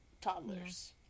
toddlers